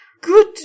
Good